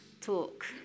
talk